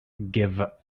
give